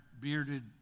bearded